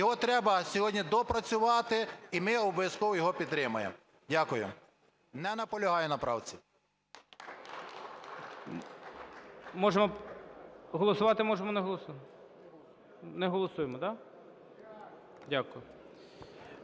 Його треба сьогодні доопрацювати, і ми обов'язково його підтримаємо. Дякую. Не наполягаю на правці.